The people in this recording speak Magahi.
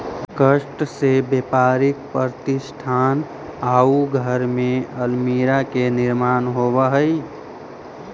काष्ठ से व्यापारिक प्रतिष्ठान आउ घर में अल्मीरा के निर्माण होवऽ हई